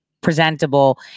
presentable